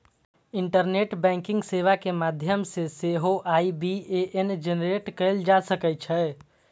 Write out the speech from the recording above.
internet banking सेवा के माध्यम सं सेहो आई.बी.ए.एन जेनरेट कैल जा सकै छै